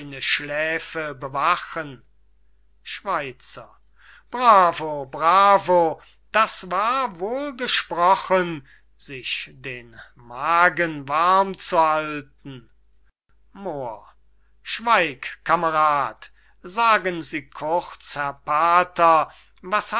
schläfen bewachen schweizer bravo bravo das war wohlgesprochen sich den magen warm zu halten moor schweig kamerad sagen sie